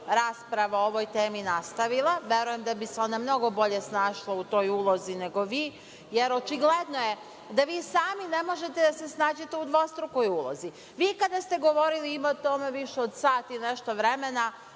rasprava o ovoj temi nastavila. Verujem da bi se ona mnogo bolje snašla u toj ulozi nego vi, jer očigledno je da vi sami ne možete da se snađete u dvostrukoj ulozi. Vi, kada ste govorili, ima tome više od sat i nešto vremena,